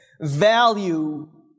value